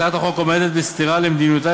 הצעת החוק עומדת בסתירה למדיניותה